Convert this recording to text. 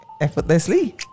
effortlessly